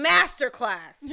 Masterclass